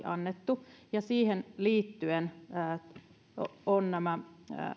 annettu siihen liittyen ovat nämä